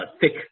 thick